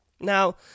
Now